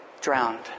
drowned